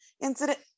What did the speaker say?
incident